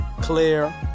Clear